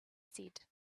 said